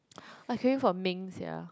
I craving for mengs sia